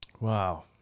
wow